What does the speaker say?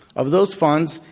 of those funds,